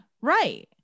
right